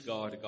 God